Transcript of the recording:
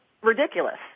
ridiculous